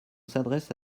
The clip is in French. s’adresse